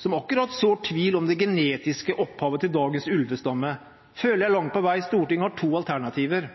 som sår tvil om det genetiske opphavet til dagens ulvestamme, føler jeg langt på vei at Stortinget har to alternativer.